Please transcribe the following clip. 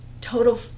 total